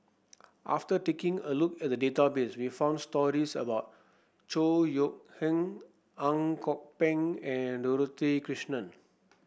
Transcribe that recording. after taking a look at the database we found stories about Chor Yeok Eng Ang Kok Peng and Dorothy Krishnan